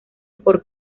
por